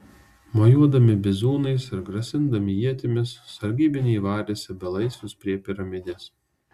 mojuodami bizūnais ir grasindami ietimis sargybiniai varėsi belaisvius prie piramidės